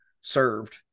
served